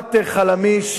לחברת "חלמיש",